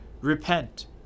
Repent